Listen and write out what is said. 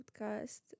podcast